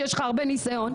שיש לך הרבה ניסיון,